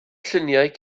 lluniau